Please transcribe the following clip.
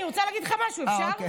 אני רוצה להגיד לך משהו, אפשר?